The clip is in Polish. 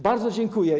Bardzo dziękuję.